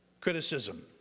criticism